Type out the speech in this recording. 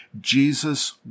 Jesus